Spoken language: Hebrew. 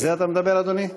על זה אתה מדבר, אדוני?